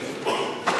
ליברמן,